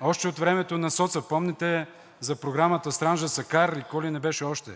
още от времето на соца. Помните за програмата „Странджа-Сакар“ и какво ли не беше още.